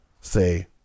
say